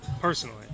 Personally